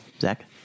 Zach